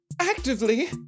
Actively